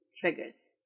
triggers